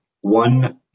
One